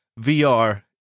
VR